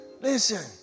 listen